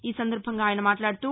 ఈ సందర్బంగా ఆయన మాట్లాడుతూ